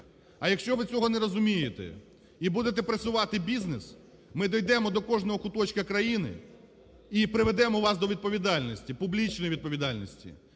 А якщо ви цього не розумієте і буде пресувати бізнес, ми дійдемо до кожного куточка країни і приведемо вас до відповідальності, публічної відповідальності.